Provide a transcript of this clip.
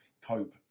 cope